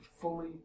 fully